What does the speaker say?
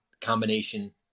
combination